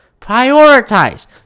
Prioritize